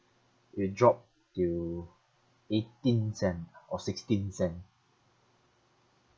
it'll drop to eighteen cent or sixteen cent